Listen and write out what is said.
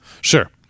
Sure